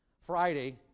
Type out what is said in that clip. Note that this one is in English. Friday